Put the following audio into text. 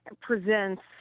presents